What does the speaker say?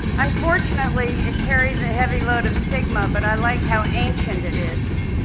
unfortunately it carries a heavy load of stigma, but i like how ancient it is.